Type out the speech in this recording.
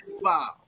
wow